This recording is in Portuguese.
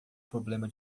problema